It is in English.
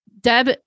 Deb